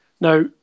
Now